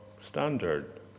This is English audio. standard